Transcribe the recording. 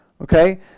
okay